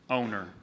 owner